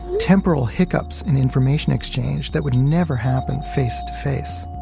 temporal hiccups in information exchange that would never happen face-to-face.